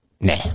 nah